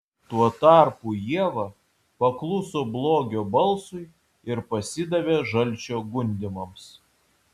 tuo tarpu ieva pakluso blogio balsui ir pasidavė žalčio gundymams